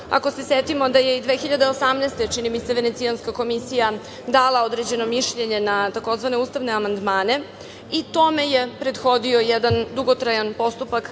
ako se setimo da je i 2018. godine, čini mi se, Venecijanska komisija dala određeno mišljenje na tzv. ustavne amandmane i tome je prethodio jedan dugotrajan postupak